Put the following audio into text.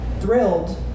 thrilled